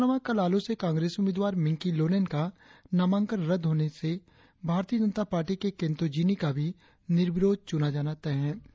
इसके अलावा कल आलो से कांग्रेस उम्मीदवार मिंकी लोलेन का नामांकन पत्र रद्द होने के बाद भारतीय जनता पार्टी के केंतो जिनी का भी निर्विरोध चुना जाना तय है